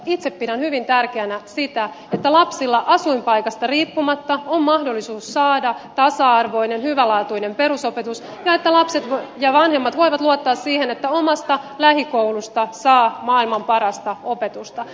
itse pidän hyvin tärkeänä sitä että lapsilla asuinpaikasta riippumatta on mahdollisuus saada tasa arvoinen hyvälaatuinen perusopetus ja että lapset ja vanhemmat voivat luottaa siihen että omasta lähikoulusta saa maailman parasta opetusta